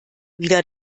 wieder